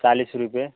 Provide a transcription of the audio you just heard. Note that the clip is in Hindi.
चालीस रुपये